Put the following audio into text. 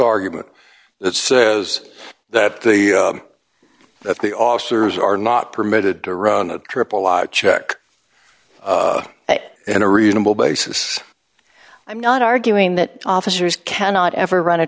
argument that says that the that the officers are not permitted to run a triple law check in a reasonable basis i'm not arguing that officers cannot ever r